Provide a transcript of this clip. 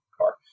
car